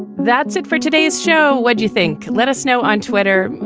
that's it for today's show. what do you think? let us know on twitter.